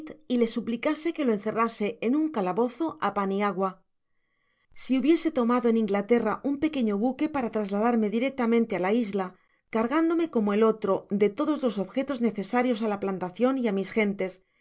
y le suplicase que lo encerrase en un calabozo á pan y agua si hubiese tomado en inglaterra un pequeño buque para trasladarme directamente á la isla cargándole como el otro de todos los objetos necesarios á la plantacion y á mis gentes